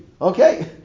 Okay